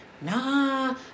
nah